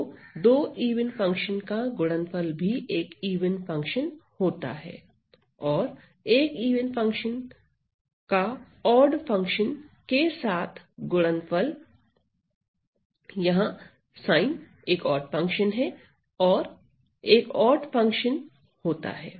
तो दो even function का गुणनफल भी एक इवन फंक्शन होता है और एक इवन फंक्शन का ओड फंक्शन के साथ गुणनफल यहां साइन एक ओड फंक्शन है एक ओड फंक्शन होता है